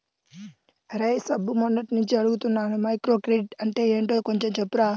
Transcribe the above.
రేయ్ సుబ్బు, మొన్నట్నుంచి అడుగుతున్నాను మైక్రోక్రెడిట్ అంటే యెంటో కొంచెం చెప్పురా